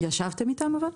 ישבתם איתם?